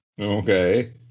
Okay